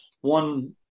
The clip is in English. one